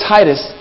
Titus